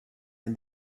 and